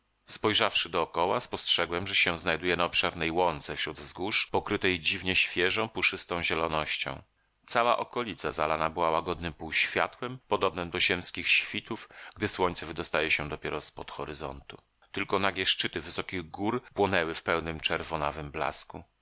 spojrzawszy dokoła spostrzegłem że się znajduję na obszernej łące wśród wzgórz pokrytej dziwnie świeżą puszystą zielonością cała okolica zalana była łagodnem półświatłem podobnem do ziemskich świtów gdy słońce wydostaje się dopiero z pod horyzontu tylko nagie szczyty wysokich gór płonęły w pełnym czerwonawym blasku